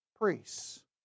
priests